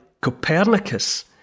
Copernicus